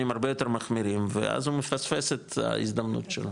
הרבה יותר מחמירים ואז הוא מפספס את ההזדמנות שלו.